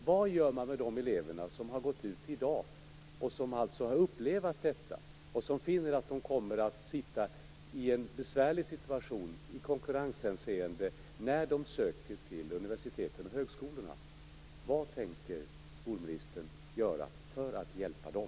Vad gör man med de elever som har gått ut i dag, som alltså har upplevt detta och som finner att de kommer att sitta i en besvärlig situation i konkurrenshänseende när de söker till universiteten och högskolorna? Vad tänker skolministern göra för att hjälpa dem?